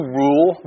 rule